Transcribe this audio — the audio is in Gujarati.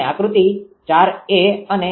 અને આકૃતિ4 અને